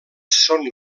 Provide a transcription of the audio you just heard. són